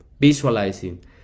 visualizing